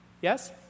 Yes